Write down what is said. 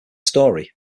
story